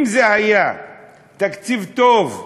אם זה היה תקציב טוב,